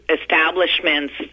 establishments